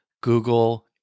Google